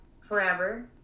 forever